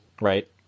right